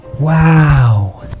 Wow